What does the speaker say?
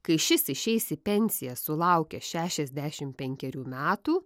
kai šis išeis į pensiją sulaukęs šešiasdešim penkerių metų